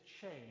change